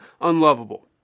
unlovable